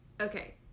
Okay